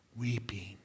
weeping